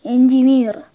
Engineer